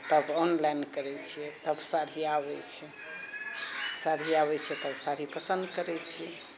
तब ऑनलाइन करैत छिऐ तब साड़ी आबै छै साड़ी आबै छै तब साड़ी पसन्द करै छिऐ